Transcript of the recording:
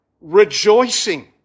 rejoicing